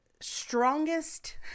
strongest